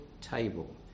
table